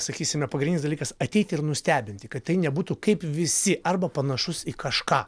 sakysime pagrindinis dalykas ateiti ir nustebinti kad tai nebūtų kaip visi arba panašus į kažką